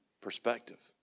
perspective